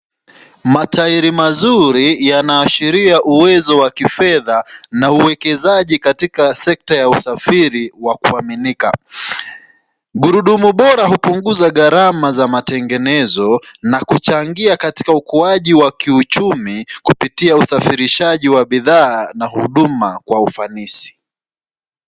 Matairi mazuri yanaashiria uwezo wa kifedha na uwekezaji katika sekta ya usafiri wa kuaminika. Gurudumu bora hupunguza gharama za matengenezo na kuchangia katika ukuaji wa kiuchumi kupitia usafirishaji wa bidhaa na huduma kwa ufanisi.